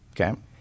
okay